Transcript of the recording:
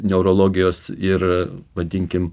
neurologijos ir vadinkim